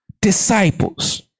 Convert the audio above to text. disciples